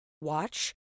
watch